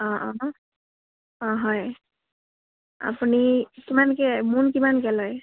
অঁ অঁ অঁ হয় আপুনি কিমানকৈ মোন কিমানকৈ লয়